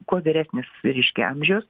kuo vyresnis reiškia amžius